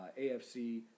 AFC